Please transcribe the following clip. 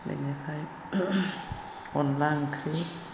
बेनिफ्राय अनद्ला ओंख्रि